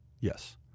Yes